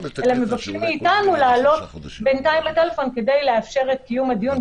אלא מבקשים מאתנו לעלות בינתיים לטלפון כדי לאפשר את קיום הדיון,